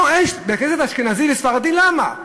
בית-כנסת אשכנזי וספרדי, למה?